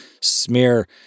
smear